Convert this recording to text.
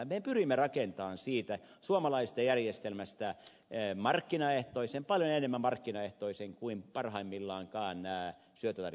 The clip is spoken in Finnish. me pyrimme rakentamaan siitä suomalaisesta järjestelmästä markkinaehtoisen paljon enemmän markkinaehtoisen kuin parhaimmillaankaan nämä syöttötariffijärjestelmät ovat